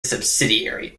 subsidiary